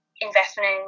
investment